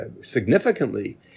significantly